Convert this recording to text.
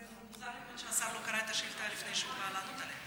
זה מוזר שהשר לא קרא את השאילתה לפני שהוא בא לענות עליה.